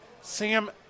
Sam